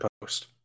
post